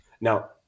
Now